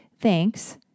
Thanks